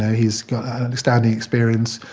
he's got outstanding experience.